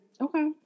Okay